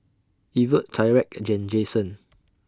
Evert Tyrek and Jasen